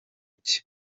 cye